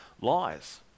lies